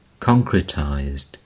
concretized